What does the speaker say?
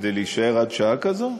כדי להישאר עד שעה כזאת?